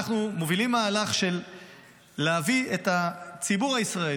אנחנו מובילים מהלך של להביא את הציבור הישראלי